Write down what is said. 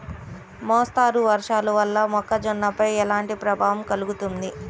మోస్తరు వర్షాలు వల్ల మొక్కజొన్నపై ఎలాంటి ప్రభావం కలుగుతుంది?